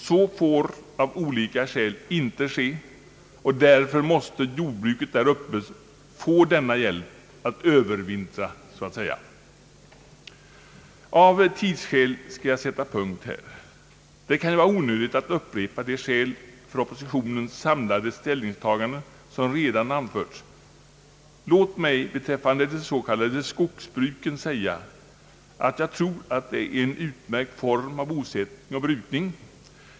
Så får av olika skäl inte ske, och därför måste jordbruket i norr få denna hjälp att övervintra, om jag så skall uttrycka det. Av tidsskäl skall jag sätta punkt här. Det kan ju vara onödigt att upprepa de skäl för oppositionens samlade ställningstaganden som redan anförts. Låt mig bara beträffande de s.k. skogsbruken säga att jag tror att det är en utmärkt form av bosättning och brukning.